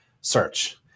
search